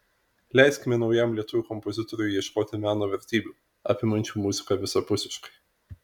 leiskime naujam lietuvių kompozitoriui ieškoti meno vertybių apimančių muziką visapusiškai